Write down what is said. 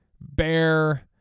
bear